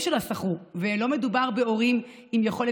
אני חייבת לקרוא לכם, אני גם בקשר עם אחותה,